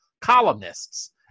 columnists